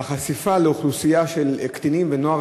והחשיפה לאוכלוסייה של קטינים ונוער